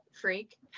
freak